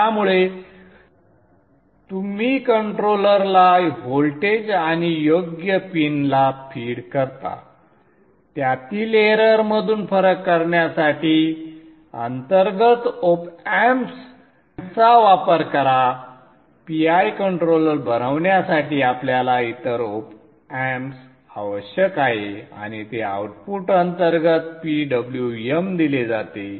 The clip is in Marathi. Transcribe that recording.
त्यामुळे तुम्ही कंट्रोलरला व्होल्टेज आणि योग्य पिनला फीड करता त्यातील एरर मधून फरक करण्यासाठी अंतर्गत op amp चा वापर करा PI कंट्रोलर बनवण्यासाठी आपल्याला इतर op amps आवश्यक आहे आणि ते आउटपुट अंतर्गत PWM दिले जाते